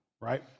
right